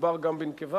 מדובר גם בנקבה.